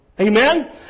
Amen